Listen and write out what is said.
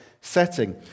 setting